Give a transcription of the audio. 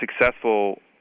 successful